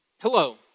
Hello